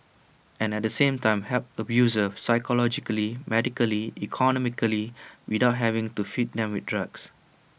and at the same time help abusers psychologically medically economically without having to feed them with drugs